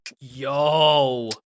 Yo